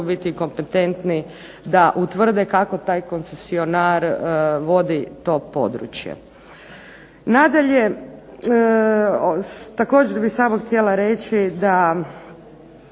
biti i kompetentni da utvrde kako taj koncesionar vodi to područje. Nadalje također bih samo htjela reći da,